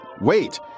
wait